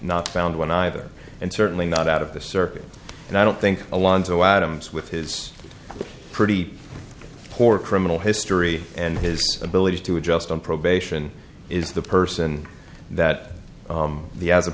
not found one either and certainly not out of the circuit and i don't think alonzo adams with his pretty poor criminal history and his ability to adjust on probation is the person that the